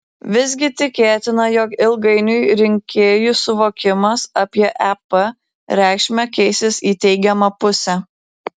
visgi tikėtina jog ilgainiui rinkėjų suvokimas apie ep reikšmę keisis į teigiamą pusę